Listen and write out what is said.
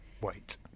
wait